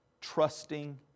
trusting